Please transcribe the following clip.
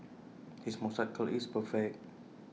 his moustache curl is perfect